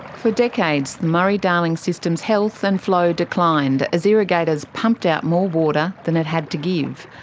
for decades the murray-darling system's health and flow declined as irrigators pumped out more water than it had to give.